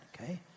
okay